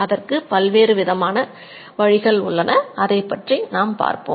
அதற்கு பல்வேறு விதமான வழிகள் உள்ளன அதை பற்றி பார்ப்போம்